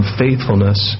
faithfulness